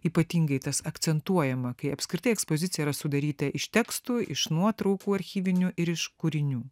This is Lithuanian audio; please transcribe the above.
ypatingai tas akcentuojama kai apskritai ekspozicija yra sudaryta iš tekstų iš nuotraukų archyvinių ir iš kūrinių